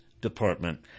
Department